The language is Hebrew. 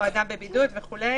או אדם בבידוד וכו'.